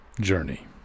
journey